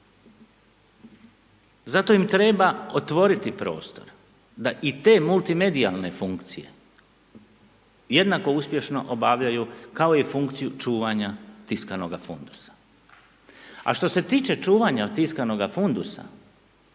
Zato im treba otvoriti prostor da i te multimedijalne funkcije jednako uspješno obavljaju kao i funkciju čuvanja tiskanoga fundusa. A što se tiče čuvanja tiskanog fundusa,